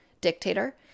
dictator